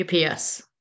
UPS